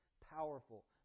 powerful